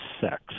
sex